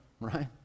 right